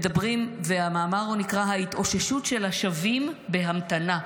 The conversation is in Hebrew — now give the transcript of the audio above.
והמאמר נקרא: ההתאוששות של השבים בהמתנה.